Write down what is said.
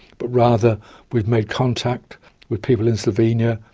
but rather we've made contact with people in slovenia.